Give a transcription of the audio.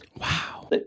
Wow